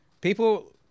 People